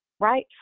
right